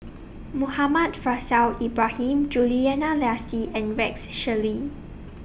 Muhammad Faishal Ibrahim Juliana Yasin and Rex Shelley